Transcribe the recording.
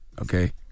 Okay